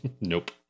Nope